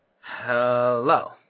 Hello